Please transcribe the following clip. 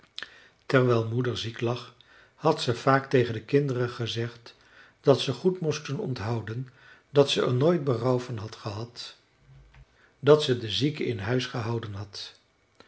terwijl moeder ziek lag had ze vaak tegen de kinderen gezegd dat ze goed moesten onthouden dat ze er nooit berouw van had gehad dat ze de zieke in huis gehouden had